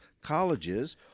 colleges